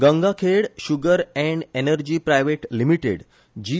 Gangakhed sugar and energy private limited जि